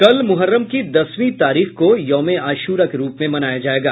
कल मुहर्रम की दसवीं तारीख को यौमे आशुरा के रूप में मनाया जायेगा